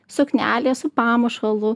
suknelė su pamušalu